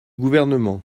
gouvernement